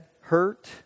hurt